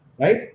right